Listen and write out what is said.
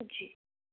जी